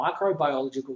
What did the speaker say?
microbiological